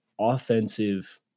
offensive